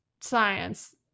science